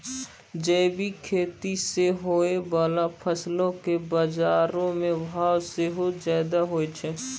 जैविक खेती से होय बाला फसलो के बजारो मे भाव सेहो ज्यादा होय छै